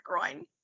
groin